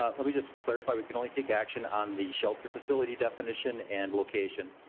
ah let me just clarify, we can only take action on the shelter facility definition and location.